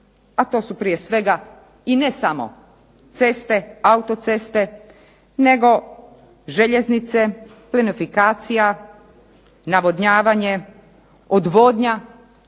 a to su prije svega i ne samo ceste, autoceste, nego željeznice, plinofikacija, navodnjavanje, odvodnja,